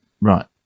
Right